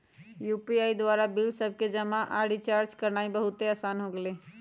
UPI द्वारा bill सभके जमा आऽ रिचार्ज करनाइ बहुते असान हो गेल हइ